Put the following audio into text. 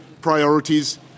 priorities